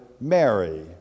Mary